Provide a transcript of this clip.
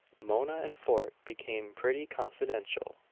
mona and fort became pretty confidential,